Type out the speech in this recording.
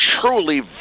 truly